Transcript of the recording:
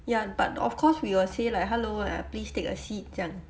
ya but of course we will say like hello uh please take a seat 这样